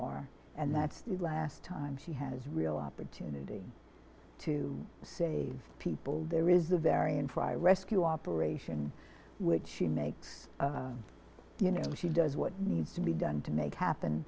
are and that's the last time she has real opportunity to say people there is a varying fire rescue operation which she makes you know she does what needs to be done to make happen